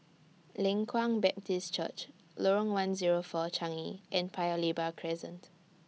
Leng Kwang Baptist Church Lorong one Zero four Changi and Paya Lebar Crescent